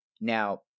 Now